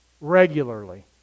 regularly